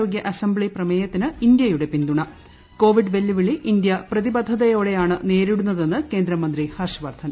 രോഗൃ assembly പ്രമേയത്തിന് ഇന്തൃയൂടെ പിന്തൂണ കോവിഡ് വെല്ലുവിളി ഇന്ത്യ പ്രതിബദ്ധതയോടെയാണ് നേരിടുന്നതെന്ന് കേന്ദ്രമന്ത്രി ഹർഷവർദ്ധൻ